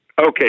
Okay